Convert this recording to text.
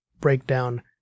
breakdown